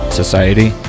society